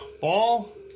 ball